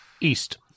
East